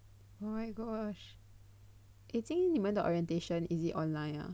oh my gosh you think 你们的 orientation is it online ah